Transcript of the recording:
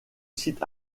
site